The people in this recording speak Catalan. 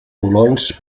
colons